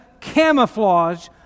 camouflage